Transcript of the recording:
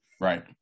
Right